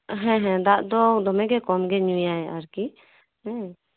ᱦᱮᱸ ᱦᱮᱸ ᱫᱟᱜ ᱫᱚ ᱫᱚᱢᱮ ᱜᱮ ᱠᱚᱢᱜᱮᱭ ᱧᱩᱭᱟᱭ ᱟᱨᱠᱤ ᱦᱩᱸ